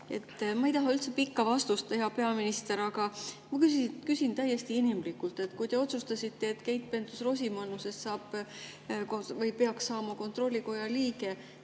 Ma ei taha üldse pikka vastust, hea peaminister, aga ma küsin täiesti inimlikult: kui te otsustasite, et Keit Pentus-Rosimannusest saab või peaks saama kontrollikoja liige,